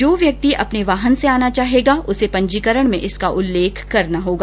जो व्यक्ति अपने वाहन से आना चाहेगा उसे पंजीकरण में इसका उल्लेख करना होगा